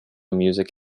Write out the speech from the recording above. music